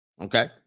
okay